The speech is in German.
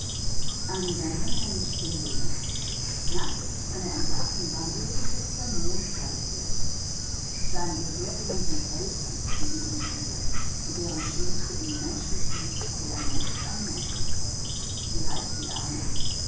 an den wänden hängen spinnweben nachts wenn er im garten wandelt ist der mond sein gefährte seine gefährtinnen sind elfen die ihn umspielen und deren schönste ihn menschlich liebt wie ein mensch einen menschen sie heißt liane